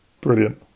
Brilliant